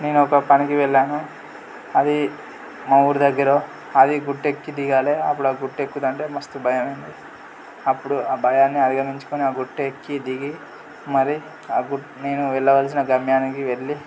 నేను ఒక పనికి వెళ్ళాను అది మా ఊరి దగ్గర అది గుట్టు ఎక్కి దిగాలి అప్పుడు ఆ గుట్ట ఎక్కుతుంటే మస్తు భయం అయింది అప్పుడు ఆ భయాన్ని అధిగమించుకొని ఆ గుట్టెక్కి దిగి మరి ఆ గుట్ నేను వెళ్ళవలసిన గమ్యానికి వెళ్ళి